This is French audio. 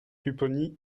pupponi